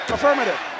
Affirmative